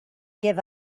give